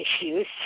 issues